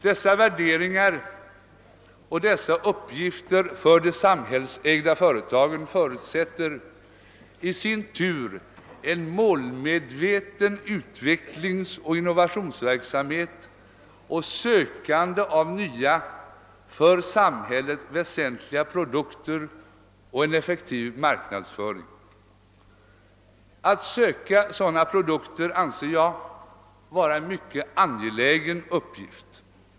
Dessa värderingar och dessa uppgifter för de samhällsägda företagen förutsätter i sin tur en målmedveten utvecklingsoch innovationsverksamhet, ett sökande av nya för samhället väsentliga produkter och en effektiv marknadsföring. Att söka sådana produkter anser jag vara en mycket angelägen uppgift.